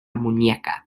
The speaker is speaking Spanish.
muñeca